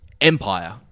Empire